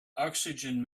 oxygen